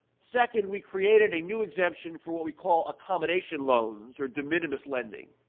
second, we created a new exemption for what we call accommodation loans or di minimis lending.